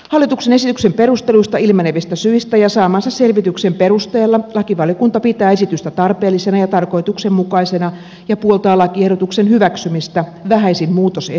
hallituksen esityksen perusteluista ilmenevistä syistä ja saamansa selvityksen perusteella lakivaliokunta pitää esitystä tarpeellisena ja tarkoituksenmukaisena ja puoltaa lakiehdotuksen hyväksymistä vähäisin muutosehdotuksin